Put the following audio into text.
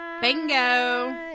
Bingo